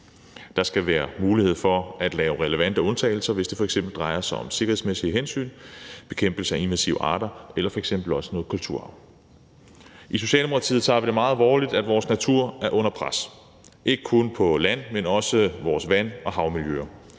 Der skal være mulighed for at gøre relevante undtagelser, hvis det f.eks. drejer sig om sikkerhedsmæssige hensyn, bekæmpelse af invasive arter eller noget kulturarv. I Socialdemokratiet tager vi det meget alvorligt, at vores natur er under pres, ikke kun på land, men også i vores vand- og havmiljøer.